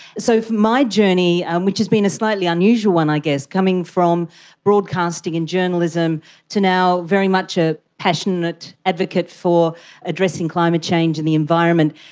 so for my journey, um which has been a slightly unusual one i guess, coming from broadcasting and journalism to now very much a passionate advocate for addressing climate change and the environment,